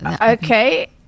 Okay